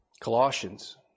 Colossians